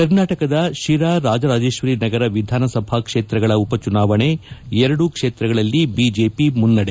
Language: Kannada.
ಕರ್ನಾಟಕದ ಶಿರಾ ರಾಜರಾಜೇಶ್ವರಿನಗರ ವಿಧಾನಸಭಾ ಕ್ಷೇತ್ರಗಳ ಉಪಚುನಾವಣೆ ಎರಡು ಕ್ವೇತ್ರಗಳಲ್ಲಿ ಬಿಜೆಪಿ ಮುನ್ನಡೆ